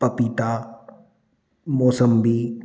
पपीता मोसम्बी